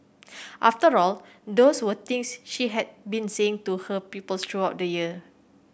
after all those were things she had been saying to her pupils throughout the year